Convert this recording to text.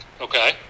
Okay